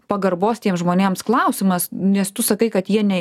pagarbos tiem žmonėms klausimas nes tu sakai kad jie ne